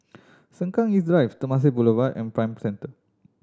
Sengkang East Drive Temasek Boulevard and Prime Centre